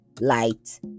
light